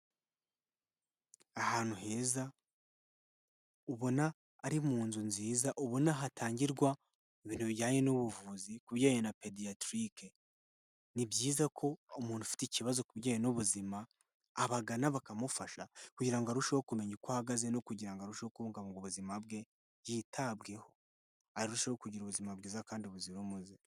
Ahantu heza ubona ari mu nzu nziza ubona hatangirwa ibintu bijyanye n'ubuvuzi ku bijyanye na pediatric, ni byiza ko umuntu ufite ikibazo ku bijyanye n'ubuzima abagana bakamufasha kugira ngo arusheho kumenya uko ahagaze no kugira ngo arusheho kubungabunga ubuzima bwe yitabweho arusheho kugira ubuzima bwiza kandi buzira umuze.